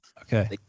Okay